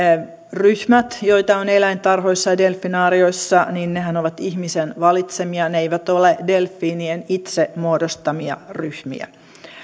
ryhmät joita on eläintarhoissa ja delfinaarioissa ovat ihmisen valitsemia ne eivät ole delfiinien itse muodostamia ryhmiä